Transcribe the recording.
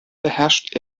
beherrscht